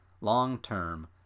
long-term